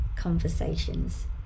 Conversations